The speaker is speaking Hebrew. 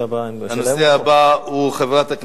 הבא: